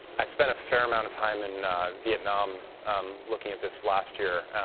i spent a fair amount of time in vietnam looking at this last year,